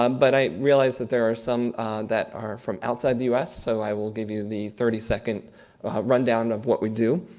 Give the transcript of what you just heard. um but i realize that there are some that are from outside the u s, so i will give you the thirty second rundown of what we do.